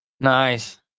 Nice